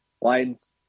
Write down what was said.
lines